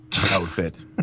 outfit